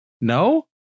No